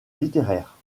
littéraire